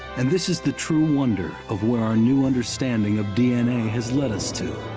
and this is the true wonder of where our new understanding of d n a. has led us to